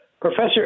Professor